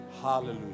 Hallelujah